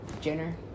Jenner